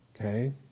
Okay